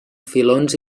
filons